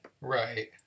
Right